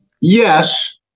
Yes